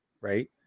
right